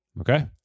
Okay